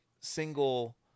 single